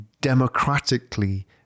democratically